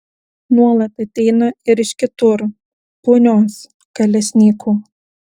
nuolat ateina ir iš kitur punios kalesnykų